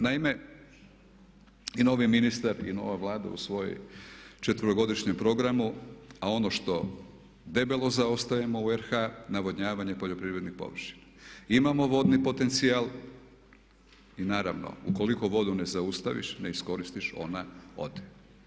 Naime, i novi ministar i nova Vlada u svoj 4-godišnjem programu a ono što debelo zaostajemo u RH, navodnjavanje poljoprivrednih površina, imamo vodni potencijal, i naravno u koliko vodu ne zaustaviš, ne iskoristiš, ona ode.